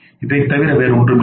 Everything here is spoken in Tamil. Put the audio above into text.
இதை தவிர வேறு ஒன்றும் இல்லை